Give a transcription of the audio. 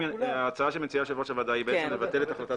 ההצעה שמציעה יושבת-ראש הוועדה היא לבטל את ההחלטה